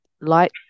light